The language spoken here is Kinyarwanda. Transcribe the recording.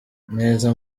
neza